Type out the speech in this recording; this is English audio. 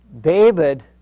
David